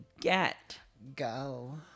Get-Go